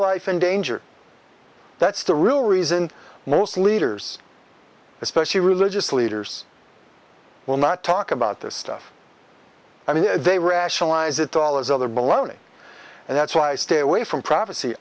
life in danger that's the real reason most leaders especially religious leaders will not talk about this stuff i mean they rationalize it all as other baloney and that's why i stay away from pr